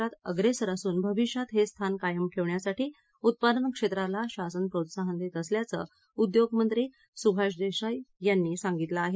महाराष्ट्र उद्योग क्षेत्रात अग्रेसर असून भविष्यात हे स्थान कायम ठेवण्यासाठी उत्पादन क्षेत्राला शासन प्रोत्साहन देत असल्याचं उद्योगमंत्री सुभाष देसाई यांनी सांगितलं आहे